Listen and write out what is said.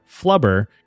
flubber